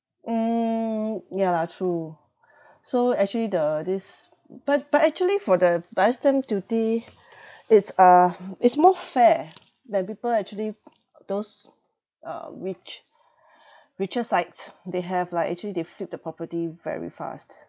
mm yeah true so actually the this but but actually for the buyer's stamp duty it's uh it's more fair than people actually those uh rich richer sites they have like actually they flip the property very fast